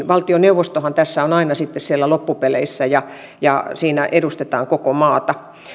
valtioneuvostohan tässä on aina sitten siellä loppupeleissä ja ja siinä edustetaan koko maata